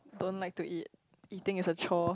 don't like to eat eating is a chore